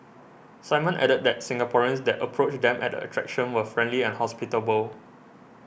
Simon added that Singaporeans that approached them at the attraction were friendly and hospitable